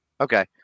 Okay